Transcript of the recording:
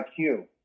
IQ